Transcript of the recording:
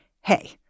hey